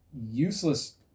useless